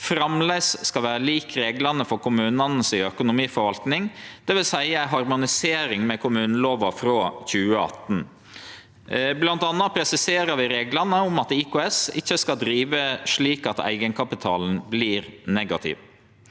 framleis skal vere lik reglane for kommunane si økonomiforvaltning, dvs. ei harmonisering med kommunelova frå 2018. Blant anna presiserer vi reglane om at IKS ikkje skal drive slik at eigenkapitalen vert negativ.